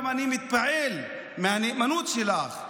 אני גם מתפעל מהנאמנות שלך,